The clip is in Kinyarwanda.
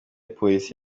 polisi